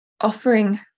offering